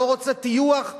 לא רוצה טיוח,